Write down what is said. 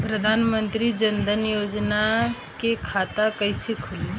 प्रधान मंत्री जनधन योजना के खाता कैसे खुली?